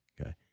Okay